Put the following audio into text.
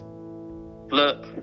look